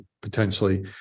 potentially